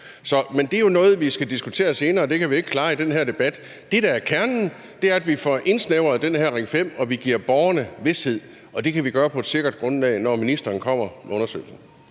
Men det er jo noget, vi skal diskutere senere; det kan vi ikke klare i den her debat. Det, der er kernen, er, at vi får indsnævret den her Ring 5, og at vi giver borgerne vished. Og det kan vi gøre på et sikkert grundlag, når ministeren kommer med undersøgelsen,